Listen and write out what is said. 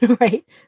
right